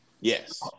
Yes